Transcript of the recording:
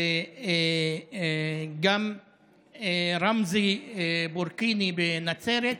וגם רמזי ברקיני בנצרת.